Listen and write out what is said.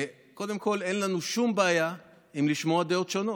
קודם כול, אין לנו שום בעיה לשמוע דעות שונות.